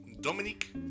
Dominique